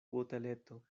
boteleto